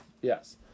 Yes